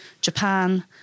Japan